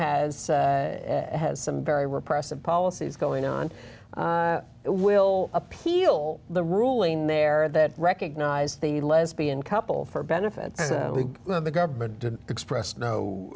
has has some very repressive policies going on will appeal the ruling there that recognize the lesbian couple for benefits of the government expressed no